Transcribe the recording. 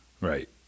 Right